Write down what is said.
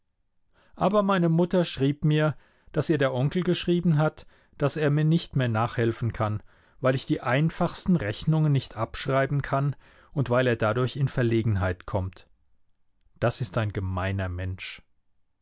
aber meine mutter schrieb mir daß ihr der onkel geschrieben hat daß er mir nicht mehr nachhelfen kann weil ich die einfachsten rechnungen nicht abschreiben kann und weil er dadurch in verlegenheit kommt das ist ein gemeiner mensch